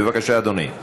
בבקשה, אדוני.